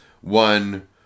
One